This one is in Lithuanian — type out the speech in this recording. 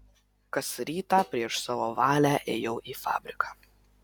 kas rytą prieš savo valią ėjau į fabriką